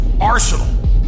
arsenal